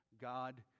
God